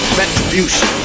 retribution